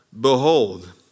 Behold